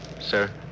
Sir